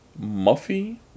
Muffy